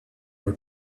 were